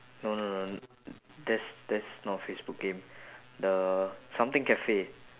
no no no that's that's not a facebook game the something cafe